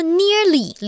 nearly